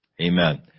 Amen